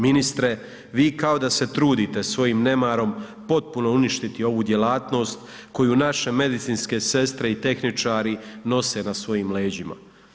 Ministre vi kao da se trudite svojim nemarom potpuno uništiti ovu djelatnost koju naše medicinske sestre i tehničari nose na svojim leđima.